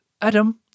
Adam